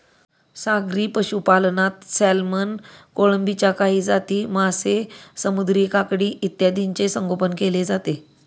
सागरी पशुपालनात सॅल्मन, कोळंबीच्या काही जाती, मासे, समुद्री काकडी इत्यादींचे संगोपन केले जाते